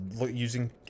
using